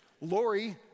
Lori